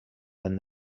than